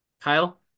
Kyle